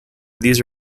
these